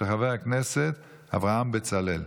של חבר הכנסת אברהם בצלאל.